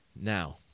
Now